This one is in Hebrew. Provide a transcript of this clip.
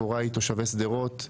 הוריי הם תושבי שדרות.